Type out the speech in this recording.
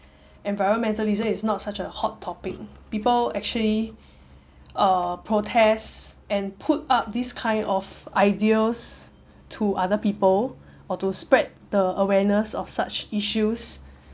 environmentalism is not such a hot topic people actually uh protest and put up these kind of ideas to other people or to spread the awareness of such issues